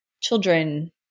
children